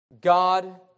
God